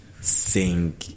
sing